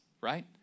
right